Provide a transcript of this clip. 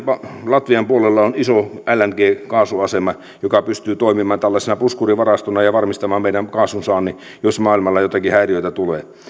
latvian puolella on iso lng kaasuasema joka pystyy toimimaan tällaisena puskurivarastona ja varmistamaan meidän kaasunsaannin jos maailmalla häiriöitä tulee